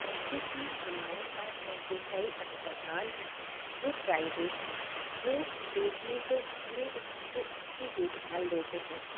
जैसे कि हमारे पास ऐसे कई अस्पताल हैं जो प्राइवेट हैं जो देखने को हमें जो अच्छी देखभाल देते हैं